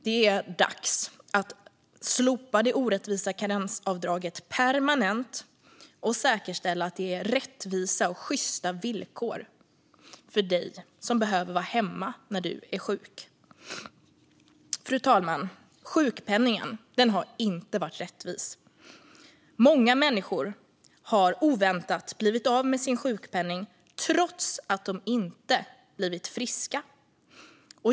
Det är dags att slopa det orättvisa karensavdraget permanent och säkerställa att det är rättvisa och sjysta villkor för dig som behöver vara hemma när du är sjuk. Fru talman! Sjukpenningen har inte varit rättvis. Många människor har oväntat blivit av med sin sjukpenning trots att de inte blivit friska.